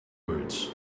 words